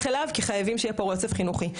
אליו כי חייבים שיהיה פה רצף חינוכי.